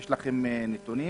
יש לכם נתונים ומספרים?